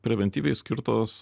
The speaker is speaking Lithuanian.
preventyviai skirtos